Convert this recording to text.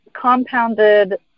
compounded